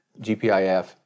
GPIF